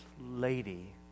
lady